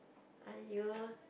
!aiyo!